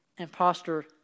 Imposter